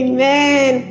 Amen